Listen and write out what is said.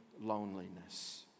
loneliness